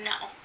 no